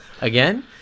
again